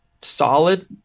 solid